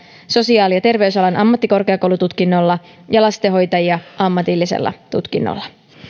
sosiaali ja terveysalan ammattikorkeakoulututkinnolla ja lastenhoitajia ammatillisella tutkinnolla